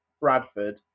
Bradford